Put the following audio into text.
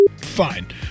fine